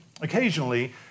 occasionally